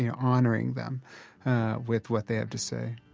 yeah honoring them with what they have to say.